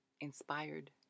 inspired